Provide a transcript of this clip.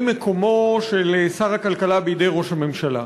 מקומו של שר הכלכלה בידי ראש הממשלה.